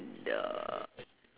uh